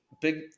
big